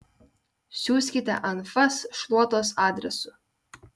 siųskite anfas šluotos adresu